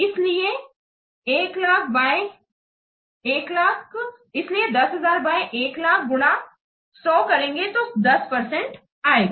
इसलिए 10000 बाय 1 लाख गुना 100 करेंगे तो 10 परसेंट आएगा